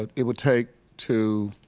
but it would take to